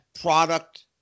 product